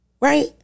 right